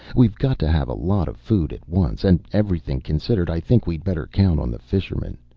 we've got to have a lot of food at once, and everything considered, i think we'd better count on the fishermen.